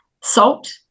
salt